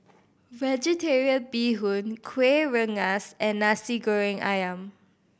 Vegetarian Bee Hoon Kuih Rengas and Nasi Goreng Ayam